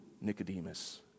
Nicodemus